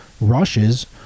rushes